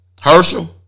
Herschel